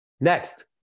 next